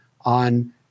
on